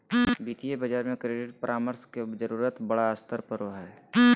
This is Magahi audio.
वित्तीय बाजार में क्रेडिट परामर्श के जरूरत बड़ा स्तर पर पड़ो हइ